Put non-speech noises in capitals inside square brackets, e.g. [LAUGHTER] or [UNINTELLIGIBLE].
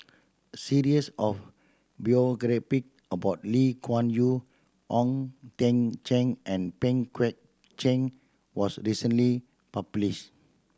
series of [UNINTELLIGIBLE] about Lee Kuan Yew Ong Teng Cheong and Pang Guek Cheng was recently published